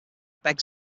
begs